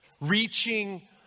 Reaching